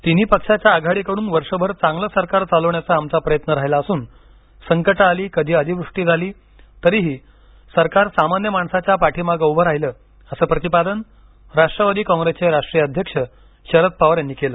तिन्ही पक्षाच्या आघाडीकडून वर्षभर चांगलं सरकार चालवण्याचा आमचा प्रयत्न राहिला असून संकटं आली कधी अतिवृष्टी झाली तरीही सरकार सामान्य माणसाच्या पाठीमागे उभं राहिलं असं प्रतिपादन राष्ट्रवादी कॉंप्रेसचे राष्ट्रीय अध्यक्ष शरद पवार यांनी काल केलं